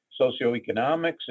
socioeconomics